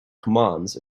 commands